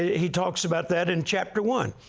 he talks about that in chapter one,